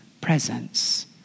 presence